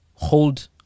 hold